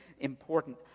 important